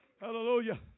Hallelujah